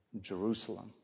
Jerusalem